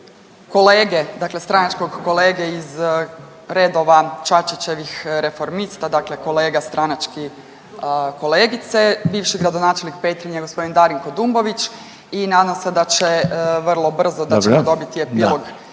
kolege, dakle stranačkog kolege iz redova Čačićevih Reformista, dakle kolege stranački, kolegice. Bivši gradonačelnik Petrinje gospodin Darinko Dumbović i nadam se da će vrlo brzo da će dobiti epilog